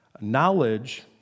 Knowledge